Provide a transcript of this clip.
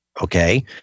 Okay